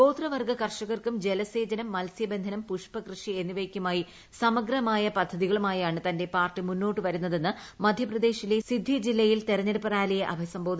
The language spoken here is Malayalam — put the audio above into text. ഗോത്രവർഗ്ഗ കർഷകർക്കും ജലസേചനം മത്സ്യബന്ധനം പുഷ്പ കൃഷി എന്നിവയ്ക്കുമായി സമഗ്രമായ പദ്ധതികളുമായാണ് തന്റെ പാർട്ടി മുന്നോട്ടു വരുന്നതെന്ന് മധ്യപ്രദേശിലെ സിദ്ധി ജില്ലയിൽ തെരഞ്ഞെടുപ്പ് റാലിയെ അഭിസംബോധന ചെയ്യവെ ശ്രീ